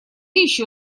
еще